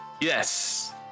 Yes